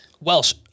Welsh